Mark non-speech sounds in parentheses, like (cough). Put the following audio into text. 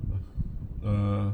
(noise) err